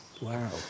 Wow